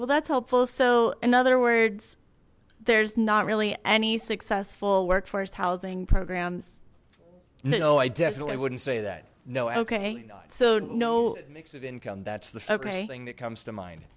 well that's helpful so in other words there's not really any successful workforce housing programs no i definitely wouldn't say that no okay so no income that's the second thing that comes to mind